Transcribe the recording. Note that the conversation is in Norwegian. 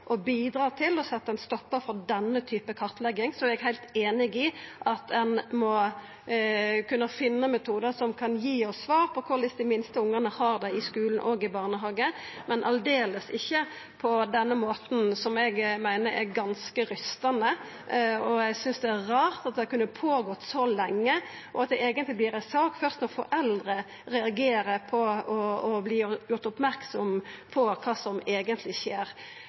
til å setja ein stoppar for denne typen kartlegging. Eg er heilt einig i at ein må kunne finna metodar som kan gi oss svar på korleis dei minste ungane har det i skulen og barnehagen, men slett ikkje på denne måten, som eg meiner er ganske sjokkerande. Eg synest det er rart at det har kunna gå føre seg så lenge, og at det har vorte ei sak først når foreldre har reagert og har vorte gjorde merksame på kva som eigentleg skjer.